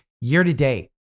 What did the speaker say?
Year-to-date